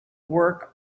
work